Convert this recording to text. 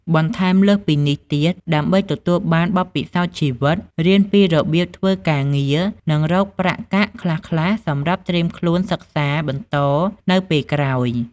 បន្ថែមលើសពីនេះទៀត ដើម្បីទទួលបានបទពិសោធន៍ជីវិត រៀនពីរបៀបធ្វើការងារ និងរកប្រាក់កាក់ខ្លះៗសម្រាប់ត្រៀមខ្លួនសិក្សាបន្តនៅពេលក្រោយ។